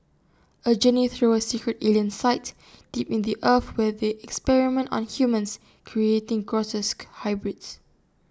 A journey through A secret alien site deep in the earth where they experiment on humans creating grotesque hybrids